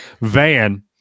van